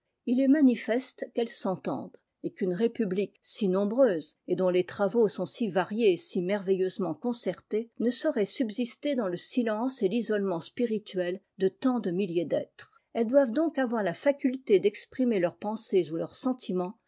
il est manifeste qu'elles s'entendent et qu'une république si nombreuse et dont les travaux sont si variés et si merveilleusement concertés ne saurait subsister dans le silence et l'isolement spirituel de tant de milliers d'êtres elles doivent donc avoir la faculté d'exprimer leurs pensées ou leur sentiments